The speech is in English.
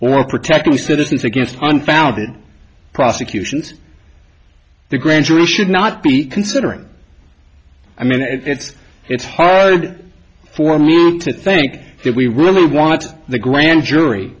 or protecting citizens against unfounded prosecutions the grand jury should not be considering i mean it's it's hard for me to think that we really want the grand jury